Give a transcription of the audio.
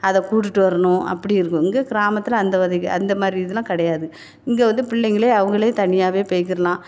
அதை கூட்டுகிட்டு வரணும் அப்படி இருக்கும் இங்கே கிராமத்தில் அந்த வதைக அந்த மாதிரி இதெலாம் கிடயாது இங்கே வந்து பிள்ளைங்களே அவங்களே தனியாகவே போய்க்கிறலாம்